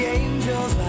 angels